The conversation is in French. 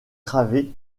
travées